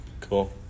Cool